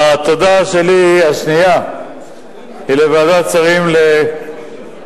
התודה השנייה שלי היא לוועדת שרים לחקיקה,